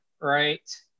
right